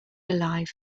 alive